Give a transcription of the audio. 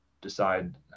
decide